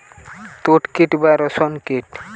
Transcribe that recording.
তুত কীট বা রেশ্ম কীট